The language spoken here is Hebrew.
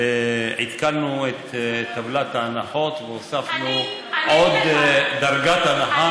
ועדכנו את טבלת ההנחות והוספנו עוד דרגת הנחה.